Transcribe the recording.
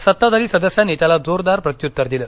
सत्ताधारी सदस्यांनी त्याला जोरदार प्रत्यूत्तर दिलं